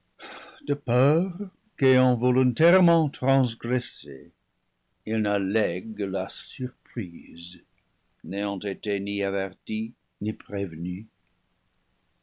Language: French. de peur qu'ayant volon tairement transgressé il n'allègue la surprise n'ayant été ni averti ni prévenu